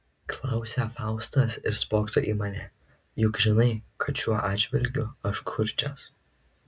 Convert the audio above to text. klausia faustas ir spokso į mane juk žinai kad šiuo atžvilgiu aš kurčias